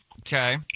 Okay